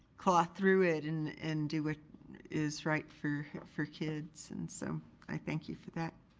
claw through it and and do what is right for for kids and so i thank you for that.